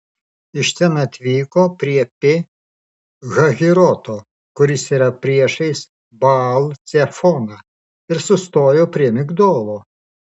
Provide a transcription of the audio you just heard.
iš ten atvyko prie pi hahiroto kuris yra priešais baal cefoną ir sustojo prie migdolo